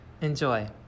Enjoy